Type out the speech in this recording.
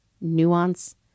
nuance